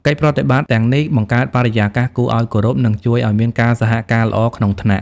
កិច្ចប្រតិបត្តិទាំងនេះ បង្កើតបរិយាកាសគួរឱ្យគោរព និងជួយឲ្យមានការសហការល្អក្នុងថ្នាក់។